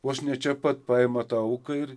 vos ne čia pat paima tą auką ir